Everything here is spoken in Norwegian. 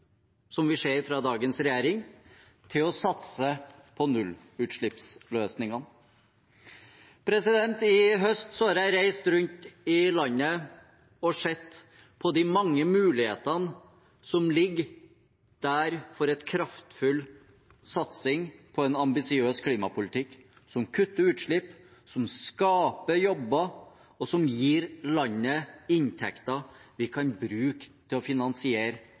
som vi ser fra dagens regjering, til å satse på nullutslippsløsningene. I høst har jeg reist rundt i landet og sett på de mange mulighetene som ligger der for en kraftfull satsing på en ambisiøs klimapolitikk – som kutter utslipp, som skaper jobber, og som gir landet inntekter vi kan bruke til å finansiere